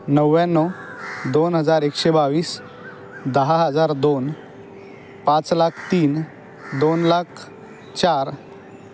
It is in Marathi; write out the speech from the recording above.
नव्याण्णव दोन हजार एकशे बावीस दहा हजार दोन पाच लाख तीन दोन लाख चार